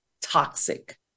toxic